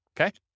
Okay